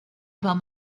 about